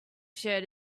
shared